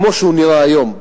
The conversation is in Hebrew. כמו שהוא נראה היום,